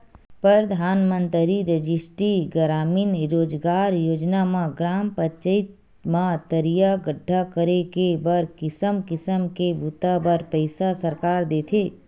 परधानमंतरी रास्टीय गरामीन रोजगार योजना म ग्राम पचईत म तरिया गड्ढ़ा करे के बर किसम किसम के बूता बर पइसा सरकार देथे